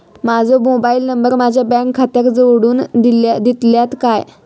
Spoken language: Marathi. माजो मोबाईल नंबर माझ्या बँक खात्याक जोडून दितल्यात काय?